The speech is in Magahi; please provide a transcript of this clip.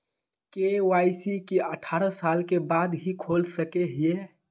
के.वाई.सी की अठारह साल के बाद ही खोल सके हिये?